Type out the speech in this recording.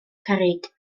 cerrig